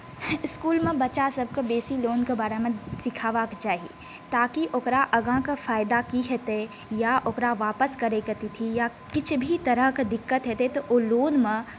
इस्कूलमे बच्चा सभके बेसी लोनके बारेमे सिखावऽ के चाही ताकि ओकरा आगाँ के फायदा की हेतै या ओकरा वापस करै के तिथि या किछु भी तरहकेँ दिक्कत हेतै तऽ ओ लोनमे